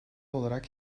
olarak